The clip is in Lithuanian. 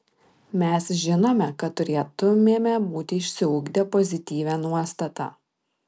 mes žinome kad turėtumėme būti išsiugdę pozityvią nuostatą